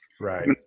Right